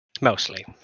Mostly